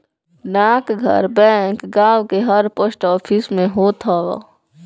डाकघर बैंक गांव के हर पोस्ट ऑफिस में होत हअ